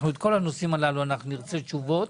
על כל הנושאים הללו נרצה תשובות.